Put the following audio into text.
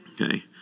Okay